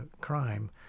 crime